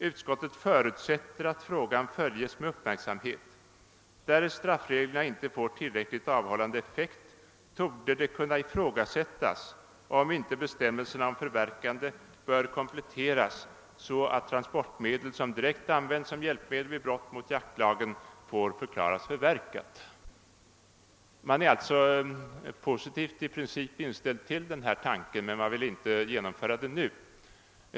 Utskottet förutsätter att frågan följes med uppmärksamhet. Därest straffreglerna inte får tillräckligt avhållande effekt, torde det kunna ifrågasättas om inte bestämmelserna om förverkande bör kompletteras så att transportmedel som direkt använts som hjälpmedel vid brott mot jaktlagen får förklaras förverkat.» Man är alltså i princip positivt inställd till denna tanke, men man vill inte genomföra detta nu.